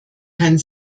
kein